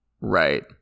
right